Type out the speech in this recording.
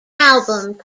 album